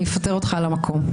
אני אפטר אותך על המקום.